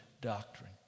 doctrine